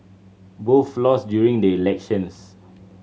both lost during the elections